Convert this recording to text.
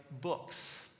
books